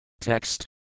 Text